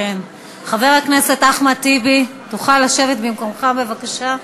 כן, חבר הכנסת אחמד טיבי, תוכל לשבת במקומך בבקשה?